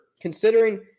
considering